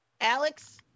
Alex